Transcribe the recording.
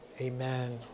Amen